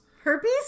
herpes